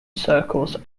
circles